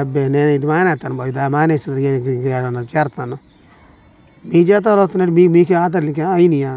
అబ్బే నేను ఇది మానేస్తాను నేను ఇది మానేసి లేదంటే ఇంకా ఎక్కడైనా చేరతాను మీ జీతాలు వస్తున్నాయి అంటే మీకు ఏమైనా ఆధార్ లింక్ అయినయా